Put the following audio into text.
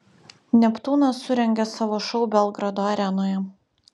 neptūnas surengė savo šou belgrado arenoje